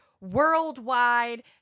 worldwide